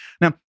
Now